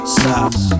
stops